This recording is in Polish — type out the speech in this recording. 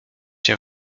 się